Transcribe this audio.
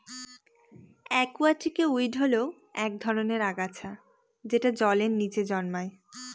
একুয়াটিকে উইড হল এক ধরনের আগাছা যেটা জলের নীচে জন্মায়